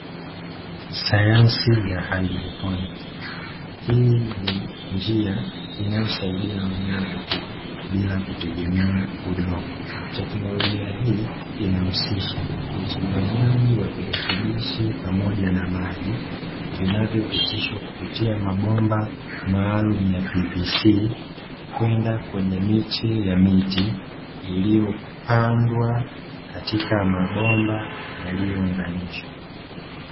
Sayansi ya haidroponi. Hii ni njia inayosaidia mimea kukua bila kutegemea udongo. Teknolojia hii inahusisha uchanganyaji wa virutubishi pamoja na maji, vinavyopitishwa kupitia mabomba maalumu ya "pvc", kwenda kwenye miche ya miti, iliyopandwa katika mabomba yaliyounganishwa.